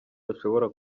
bashobora